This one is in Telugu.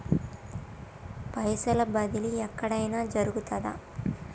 పైసల బదిలీ ఎక్కడయిన జరుగుతదా?